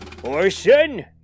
Orson